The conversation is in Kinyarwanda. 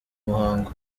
muhango